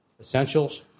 Essentials